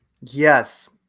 Yes